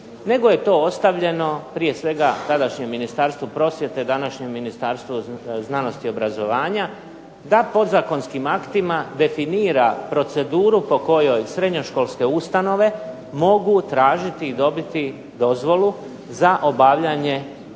nego je to ostavljeno prije svega tadašnjem Ministarstvu prosvjete, današnjem Ministarstvu znanosti i obrazovanja, da podzakonskim aktima definira proceduru po kojoj srednjoškolske ustanove mogu tražiti i dobiti dozvolu za obavljanje